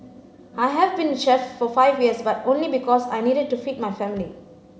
I have been a chef for five years but only because I needed to feed my family